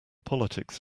politics